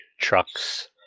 trucks